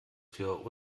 für